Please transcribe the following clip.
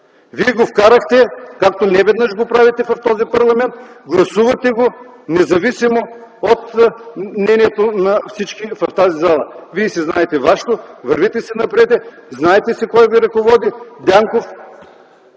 Вие го вкарахте, както неведнъж го правите в този парламент, гласувате го, независимо от мнението на всички в тази зала. Вие си знаете вашето, вървите си напред, знаете кой ви ръководи – Дянков,